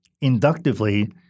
inductively